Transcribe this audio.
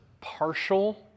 partial